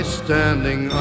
standing